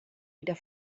wieder